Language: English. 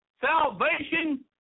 Salvation